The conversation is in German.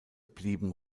blieben